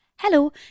Hello